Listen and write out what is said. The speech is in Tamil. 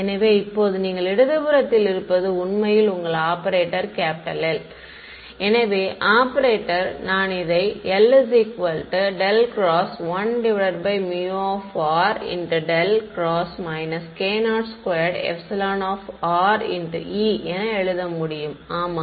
எனவே இப்போது நீங்கள் இடது புறத்தில் இருப்பது உண்மையில் உங்கள் ஆபரேட்டர் L எனவே ஆபரேட்டர் நான் இதை L ∇ ×1∇ × k02E என எழுத முடியும் ஆமாம்